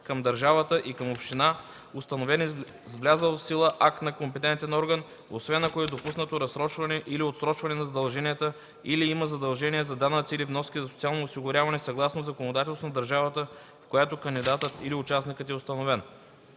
към държавата и към община, установени с влязъл в сила акт на компетентен орган, освен ако е допуснато разсрочване или отсрочване на задълженията, или има задължения за данъци или вноски за социалното осигуряване съгласно законодателството на държавата, в която кандидатът или участникът е установен.”